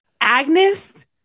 Agnes